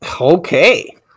Okay